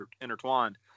intertwined